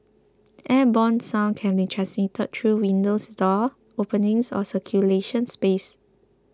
airborne sound can be transmitted through windows doors openings or circulation space